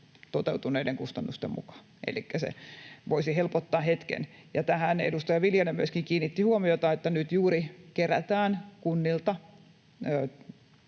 toteutuneiden kustannusten mukaan, elikkä se voisi helpottaa hetken. Edustaja Viljanen myöskin kiinnitti huomiota tähän, että nyt juuri kerätään kunnilta